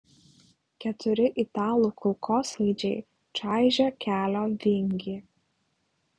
keturi italų kulkosvaidžiai čaižė kelio vingį